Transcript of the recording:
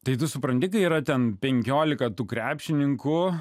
tai tu supranti ką yra ten penkiolika tų krepšininkų